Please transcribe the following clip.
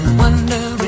wondering